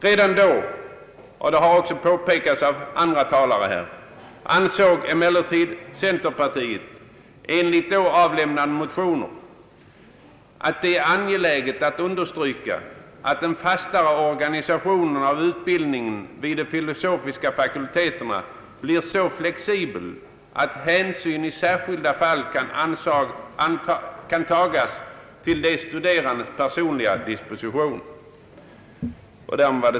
Redan då — det har också påpekats av andra talare här — ansåg emellertid centerpartiet enligt då avlämnade motioner att det »är angeläget att understryka att den fastare organisationen av utbildningen vid de filosofiska fakulteterna blir så flexibel, att hänsyn i särskilda fall kan tagas till de studerandes personliga disposition».